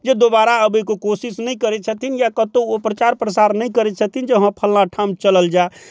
जे दोबार अबैके कोशिश नहि करै छथिन या कतौ ओ प्रचार प्रसार नहि करै छथिन जे हँ फलना ठाम चलल जाय